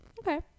Okay